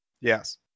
Yes